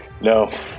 no